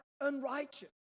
unrighteous